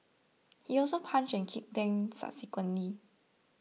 he also punched and kicked them subsequently